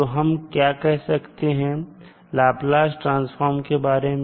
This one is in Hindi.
तो हम क्या कह सकते हैं लाप्लास ट्रांसफॉर्म के बारे में